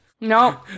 No